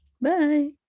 Bye